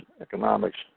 economics